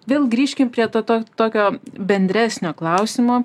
vėl grįžkim prie to to tokio bendresnio klausimo